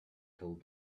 told